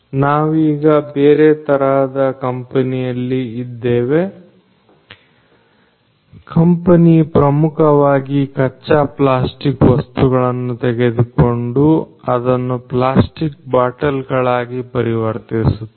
ನಾವೀಗ ಬೇರೆ ತರಹದ ಕಂಪನಿಯಲ್ಲಿ ಇದ್ದೇವೆ ಕಂಪನಿ ಪ್ರಮುಖವಾಗಿ ಕಚ್ಚಾ ಪ್ಲಾಸ್ಟಿಕ್ ವಸ್ತುಗಳನ್ನು ತೆಗೆದುಕೊಂಡು ಅದನ್ನು ಪ್ಲಾಸ್ಟಿಕ್ ಬಾಟಲ್ ಗಳಾಗಿ ಪರಿವರ್ತಿಸುತ್ತದೆ